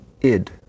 id